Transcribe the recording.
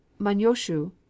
manyoshu